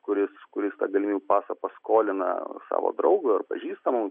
kuris kuris tą galimybių pasą paskolina savo draugui ar pažįstamam